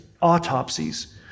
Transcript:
autopsies